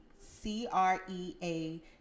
C-R-E-A